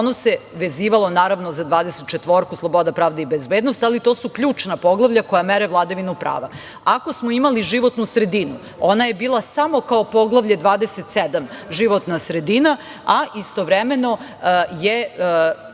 ono se vezivalo za 24 – sloboda pravde i bezbednost, ali to su ključna poglavlja koja mere vladavinu prava. Ako smo imali životnu sredinu, ona je bila samo kao Poglavlje 27 – životna sredina, a istovremeno je…Ja